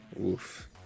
Oof